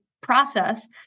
process